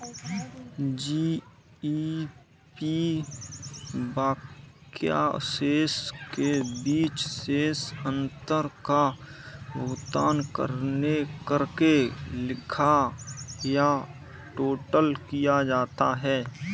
GAP बकाया शेष के बीच शेष अंतर का भुगतान करके लिखा या टोटल किया जाता है